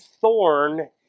thorn